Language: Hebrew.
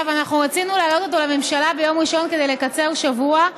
רצינו להעלות אותו לממשלה ביום ראשון כדי לקצר בשבוע,